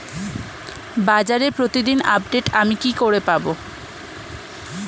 বাজারের প্রতিদিন আপডেট আমি কি করে পাবো?